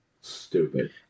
Stupid